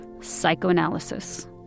psychoanalysis